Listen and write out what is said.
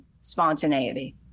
Spontaneity